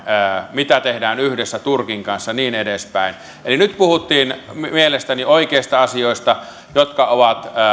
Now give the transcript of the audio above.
mitä tehdään yhdessä turkin kanssa ja niin edespäin eli nyt puhuttiin mielestäni oikeista asioista jotka ovat